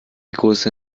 größe